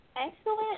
excellent